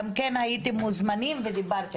גם כן הייתם מוזמנים ודיברתם,